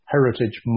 Heritage